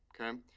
Okay